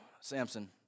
Samson